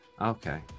Okay